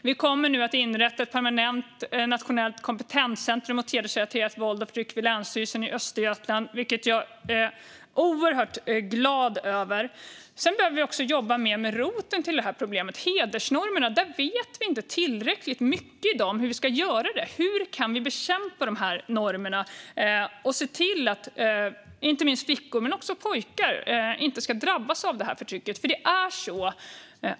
Vi kommer nu att inrätta ett permanent nationellt kompetenscentrum mot hedersrelaterat våld och förtryck vid Länsstyrelsen i Östergötland, vilket jag är oerhört glad över. Vi behöver även jobba mer med roten till problemet, det vill säga hedersnormerna. I dag vet vi inte tillräckligt mycket om hur vi ska göra. Hur kan vi bekämpa dessa normer och se till att flickor och pojkar inte ska drabbas av det här förtrycket?